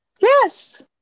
Yes